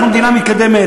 אנחנו מדינה מתקדמת,